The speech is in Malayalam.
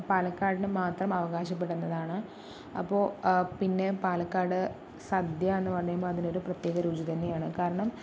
പാലക്കാടിന് മാത്രം അവകാശപ്പെടുന്നതാണ് അപ്പോൾ പിന്നെ പാലക്കാട് സദ്യയെന്ന് പറയുമ്പോൾ അതിനൊരു പ്രത്യേക രുചി തന്നെയാണ് കാരണം